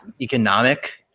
economic